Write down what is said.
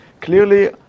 Clearly